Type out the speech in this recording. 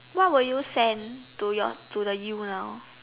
what will you send to your to the you now